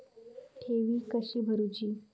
ठेवी कशी भरूची?